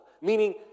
meaning